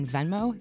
Venmo